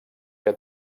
que